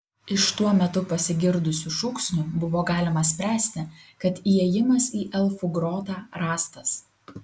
iš tuo metu pasigirdusių šūksnių buvo galima spręsti kad įėjimas į elfų grotą rastas